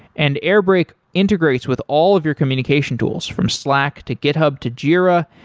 and airbrake integrates with all of your communication tools from slack, to github, to jira,